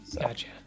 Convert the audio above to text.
Gotcha